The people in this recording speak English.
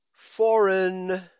foreign